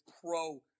pro